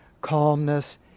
calmness